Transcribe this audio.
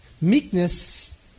Meekness